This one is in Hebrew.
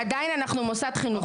עדיין אנחנו מוסד חינוכי.